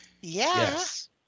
Yes